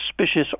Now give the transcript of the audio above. suspicious